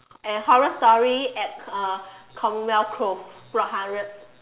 and horror story at uh commonwealth clove block hundred